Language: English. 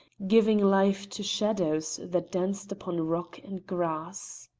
giving life to shadows that danced upon rock and grass.